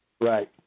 Right